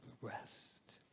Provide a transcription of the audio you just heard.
rest